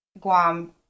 Guam